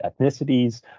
ethnicities